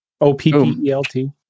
O-P-P-E-L-T